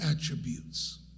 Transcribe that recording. attributes